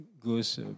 goes